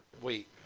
Wait